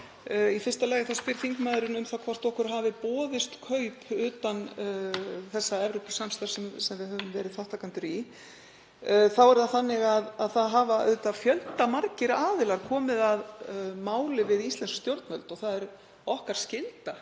Í fyrsta lagi spyr þingmaðurinn hvort okkur hafi boðist kaup utan þess Evrópusamstarfs sem við höfum verið þátttakendur í. Það hafa auðvitað fjöldamargir aðilar komið að máli við íslensk stjórnvöld og það er skylda